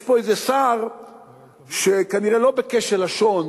יש פה איזה שר שכנראה לא בכשל לשון